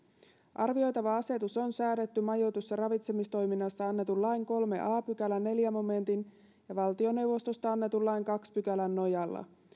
arvioitava asetus on säädetty majoitus ja ravitsemistoiminnassa annetun lain kolmannen a pykälän neljännen momentin ja valtioneuvostosta annetun lain toisen pykälän nojalla